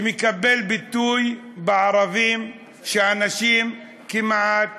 שמקבל ביטוי בכך שבערבים אנשים כמעט